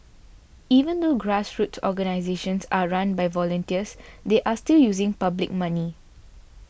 even though grassroots organisations are run by volunteers they are still using public money